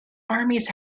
armies